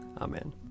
Amen